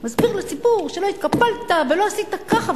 מסביר לציבור שלא התקפלת ולא עשית ככה,